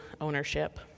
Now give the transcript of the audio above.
ownership